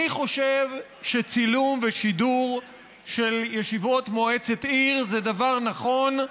אני חושב שצילום ושידור של ישיבות מועצת עיר זה דבר נכון,